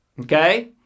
Okay